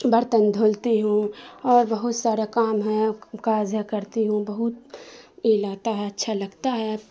برتن دھلتی ہوں اور بہت سارا کام ہیں کاز ہے کرتی ہوں بہت ای لگتا ہے اچھا لگتا ہے